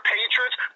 Patriots